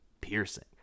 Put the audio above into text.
Piercing